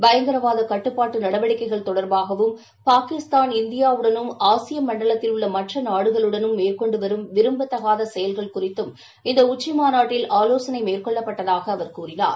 பயங்கரவாதகட்டுப்பாட்டுநடவடிக்கைகள் தொடர்பாகவும் பாகிஸ்தான் இந்தியாவுடனும் ஆசியமண்டலத்தில் உள்ளமற்றநாடுகளுடனும் மேற்கொண்டுவரும் விரும்பத்தகாதசெயல்கள் குறித்தும் இந்தஉச்சிமாநாட்டில் ஆவோசனைமேற்கொள்ளப்பட்டதாகஅவர் கூறினார்